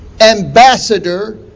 ambassador